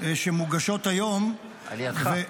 שמוגשות היום -- על ידך.